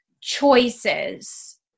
choices